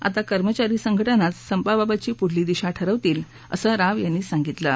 आता कर्मचारी संघटनाच संपाबाबतची पुढची दिशा ठरवतीलअसं राव यांनी सांगितलं आहे